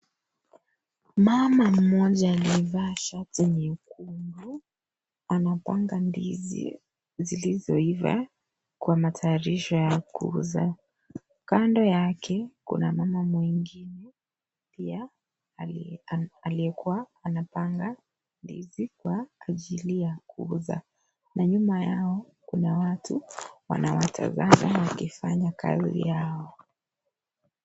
Mama mmoja aliyevaa shati nyekundu anapanga ndizi zilizoiva kwa matayarisho ya kuuza. Kando yake, kuna mama mwingine pia aliyekuwa anapanga ndizi kwa ajili ya kuuza na nyuma yao kuna watu wanawatazama wakifanya kazi yao.